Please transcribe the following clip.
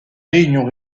réunions